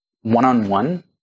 one-on-one